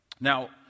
Now